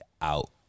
out